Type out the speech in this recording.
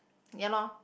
ya loh